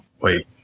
Wait